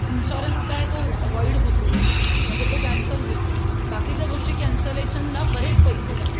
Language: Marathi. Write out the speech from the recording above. इन्शोरन्स काय तो वॉइड होतो म्हणजे तो कॅन्सल होतो बाकीच्या गोष्टी कॅन्सलेशनला बरेच पैसे जाता